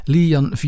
Lian